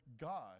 God